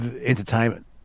Entertainment